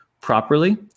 properly